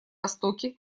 востоке